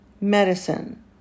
medicine